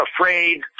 afraid